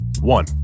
One